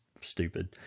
stupid